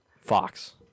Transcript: Fox